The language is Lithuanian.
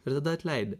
ir tada atleidi